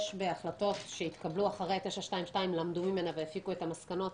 בהחלטות שהתקבלו אחרי 922 למדו ממנה והסיקו את המסקנות,